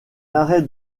arrêt